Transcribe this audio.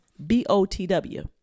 b-o-t-w